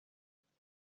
پایانه